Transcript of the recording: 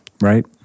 Right